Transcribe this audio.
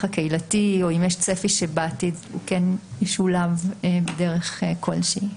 הקהילתי או אם יש צפי שבעתיד או כן ישולב בדרך כלשהי.